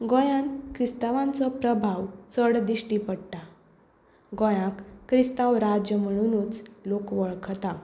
गोंयांत क्रिस्तावांचो प्रभाव चड दिश्टी पडटा गोंयाक क्रिस्तांव राज म्हणूच लोक वळखतात